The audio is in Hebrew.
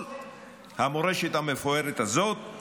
כל המורשת המפוארת הזאת,